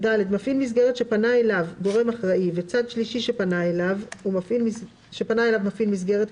" מפעיל מסגרת שפנה אליו גורם אחראי וצד שלישי שפנה אליו מפעיל מסגרת,